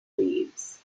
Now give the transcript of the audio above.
leaves